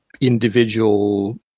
individual